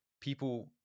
people